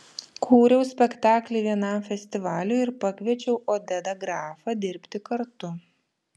kūriau spektaklį vienam festivaliui ir pakviečiau odedą grafą dirbti kartu